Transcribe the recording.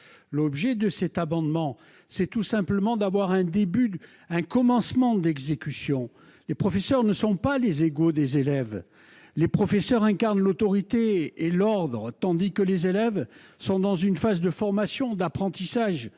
L'objet de cet amendement est tout simplement d'en donner un commencement d'exécution. Les professeurs ne sont pas les égaux des élèves : ils incarnent l'autorité et l'ordre, tandis que les élèves sont dans une phase de formation et d'apprentissage-